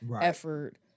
effort